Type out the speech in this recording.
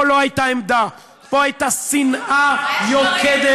פה לא הייתה עמדה, פה הייתה שנאה יוקדת.